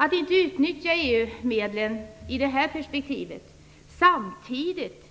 Att ur det här perspektivet inte utnyttja EU-medlen samtidigt